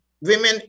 women